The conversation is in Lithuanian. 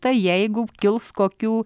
tai jeigu kils kokių